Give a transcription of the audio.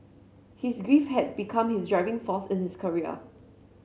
his grief had become his driving force in his career